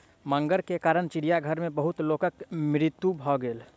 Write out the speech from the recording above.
मगर के कारण चिड़ियाघर में बहुत लोकक मृत्यु भ गेल